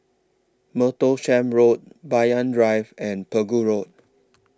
Martlesham Road Banyan Drive and Pegu Road